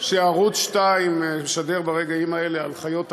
שערוץ 2 משדר ברגעים האלה על חיות הכיס.